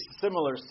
similar